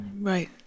right